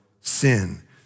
sin